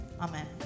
Amen